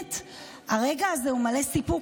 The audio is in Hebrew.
ובאמת הרגע הזה הוא מלא סיפוק.